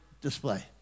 display